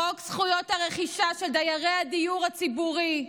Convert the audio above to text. חוק זכויות הרכישה של דיירי הדיור הציבורי,